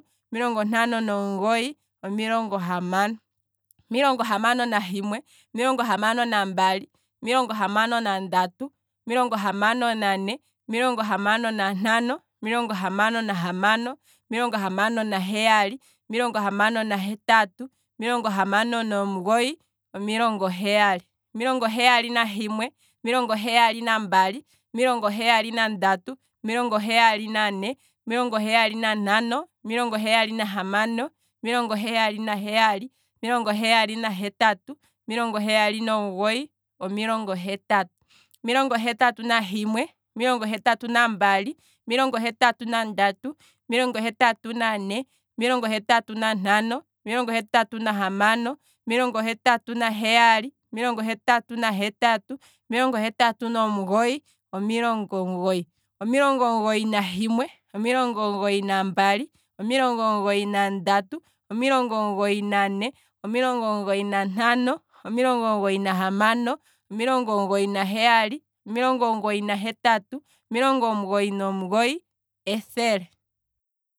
Omilongo ntano nomugoyi, omilongo ntano, omilongo hamano nahimwe, omilongo hamano nambali, omilongo hamano nandatu, omilongo hamano nane, omilongo hamano nantano, omilongo hamano nahamano, omilongo hamano naheyali, omilongo hamano nahetatu, omilongo hamano nomugoyi, omilongo heyali, omilongo heyali nahimwe, omilongo heyali nambali, omilongo heyali nandatu, omilongo heyali nane, omilongo heyali nantano, omilongo heyali nahamano, omilongo heyali naheyali, omilongo heyali nahetatu, omilongo heyali nomugoyi, omilongo hetatu, omilongo hetatu nandatu, omilongo hetatu nahimwe, omilongo hetatu nambali, omilongo hetatu nandatu, omilongo hetatu nane, omilongo hetatu nantano, omilongo hetatu nahamano, omilongo hetatu naheyali, omilongo hetatu nahetatu, omilongo hetatu nomugoyi, omilongo omugoyi, omilongo omugoyi nahimwe, omilongo omugoyi nambali, omilongo omugoyi nandatu, omilongo omugoyi nane, omilongo omugoyi nantano, omilongo omugoyi nantano, omilongo omugoyi nahamano, omilongo omugoyi naheyali, omilongo omugoyi nahetatu, omilongo omugoyi nomugoyi, ethele.